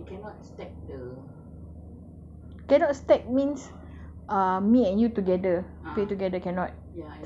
cannot stack means ah me and you together pay together cannot